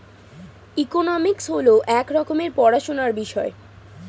economics হল এক রকমের পড়াশোনার বিষয়